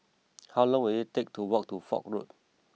how long will it take to walk to Foch Road